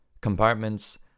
Compartments